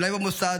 אולי במוסד,